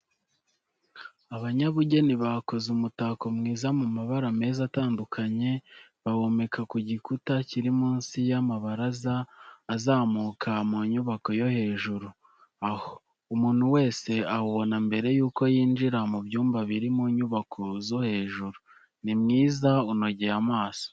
Abanyabugeni bakoze umutako mwiza mu mabara meza atandukanye bawomeka ku gikuta kiri munsi y'amabaraza azamuka mu nyubako yo hejuru aho, umuntu wese awubona mbere y'uko yinjira mu byumba biri mu nyubako zo hejuru. Ni mwiza unogeye amaso.